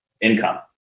income